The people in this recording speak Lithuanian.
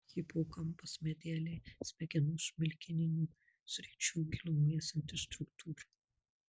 hipokampas medialiai smegenų smilkininių sričių gilumoje esanti struktūra